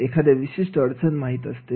एखाद्या विशिष्ट अडचण माहित असते